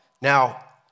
Now